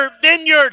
vineyard